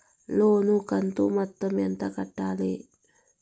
లోను కంతు మొత్తం ఎంత కట్టాలి?